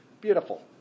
Beautiful